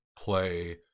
play